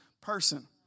person